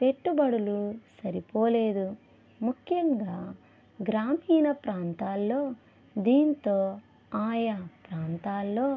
పెట్టుబడులు సరిపోలేదు ముఖ్యంగా గ్రామీణ ప్రాంతాల్లో దీనితో ఆయా ప్రాంతాల్లో